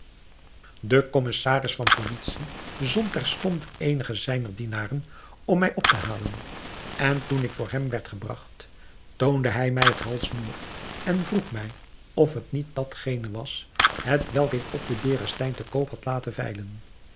de commissaris van policie zond terstond eenige zijner dienaren om mij op te halen en toen ik voor hem werd gebragt toonde hij mij het halssnoer en vroeg mij of het niet datgene was hetwelk ik op den berestein te koop had laten veilen